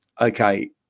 okay